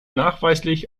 nachweislich